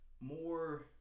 more